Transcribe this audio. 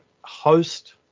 host